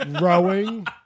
rowing